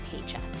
paycheck